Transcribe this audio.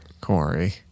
Corey